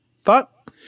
thought